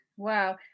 Wow